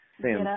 sim